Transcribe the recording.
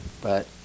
but-